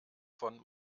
von